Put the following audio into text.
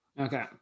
okay